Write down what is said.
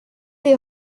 les